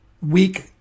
weak